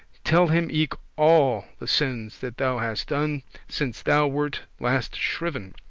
tell him eke all the sins that thou hast done since thou wert last shriven.